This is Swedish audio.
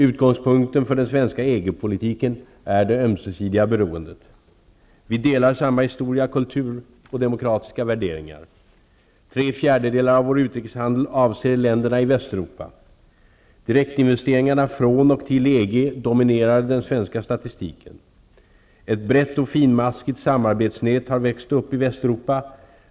Utgångspunkten för den svenska EG-politiken är det ömsesidiga beroendet: - vi delar samma historia, kultur och demokratiska värderingar; - tre fjärdedelar av vår utrikeshandel avser länderna i Västeuropa; - direktinvesteringarna från och till EG dominerar den svenska statistiken; - ett brett och finmaskigt samarbetsnät har växt upp i Västeuropa.